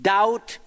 Doubt